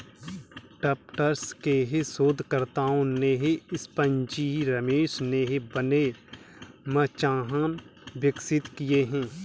Tufts के शोधकर्ताओं ने स्पंजी रेशम से बने मचान विकसित किए हैं